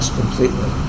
completely